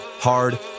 hard